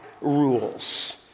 rules